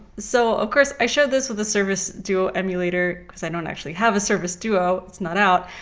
so of course i showed this with a surface duo emulator because i don't actually have a surface duo, it's not out,